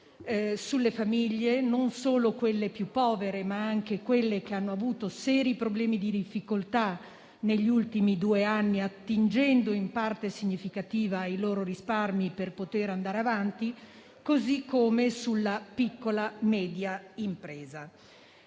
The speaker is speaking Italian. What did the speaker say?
sulle famiglie più povere, ma anche su quelle che hanno avuto serie difficoltà negli ultimi due anni, attingendo in parte significativa ai loro risparmi per poter andare avanti, così come sulla piccola e media impresa.